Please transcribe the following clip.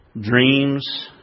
dreams